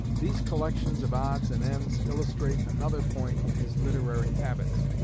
these collections of odds and ends illustrate another point in his literary habits.